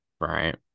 Right